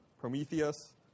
Prometheus